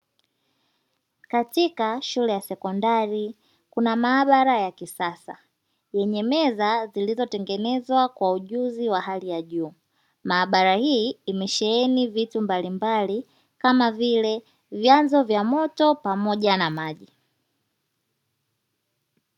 Katika shule ya sekondari kuna mahabara ya kisasa, kuna meza zilizo tengenezwa kwa ujuzi wa hali ya juuzi, mahabara hii imesheheni vitu mbalimbali kama vile vyanzo vya moto pamoja na maji.